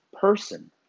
person